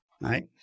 right